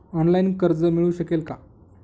Online कर्ज मिळू शकेल का?